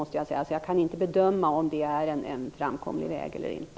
Därför kan jag inte bedöma om det är en framkomlig väg eller inte.